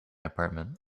apartment